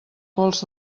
pols